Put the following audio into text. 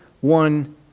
one